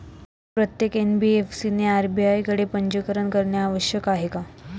प्रत्येक एन.बी.एफ.सी ने आर.बी.आय कडे पंजीकरण करणे आवश्यक आहे का?